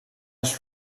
els